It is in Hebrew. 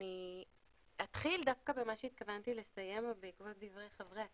אני אתחיל דווקא במה שהתכוונתי לסיים ובעקבות דברי חברי הכנסת,